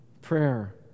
Prayer